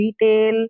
retail